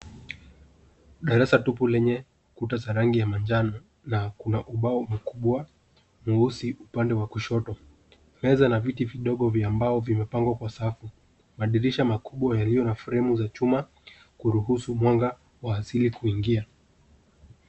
Darasa tupu lenye kuta za rangi ya manjano na kuna ubao mkubwa mweusi upande wa kushoto. Meza na viti vidogo vya mbao vimepangwa kwa safu. Madirisha makubwa yaliona fremu za chuma kuruhusu mwanga wa asili kuingia.